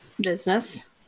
business